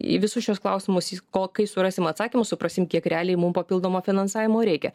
į visus šiuos klausimus į ko kai surasim atsakymus suprasim kiek realiai mum papildomo finansavimo reikia